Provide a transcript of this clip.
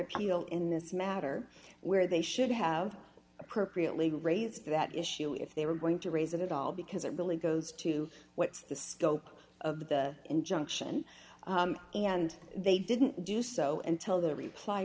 deal in this matter where they should have appropriately raised that issue if they were going to raise it at all because it really goes to what's the scope of the injunction and they didn't do so until the reply